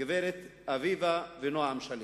הגברת אביבה, ונועם שליט.